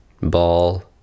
ball